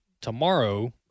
tomorrow